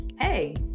Hey